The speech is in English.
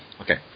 Okay